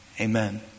amen